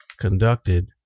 conducted